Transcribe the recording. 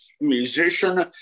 musician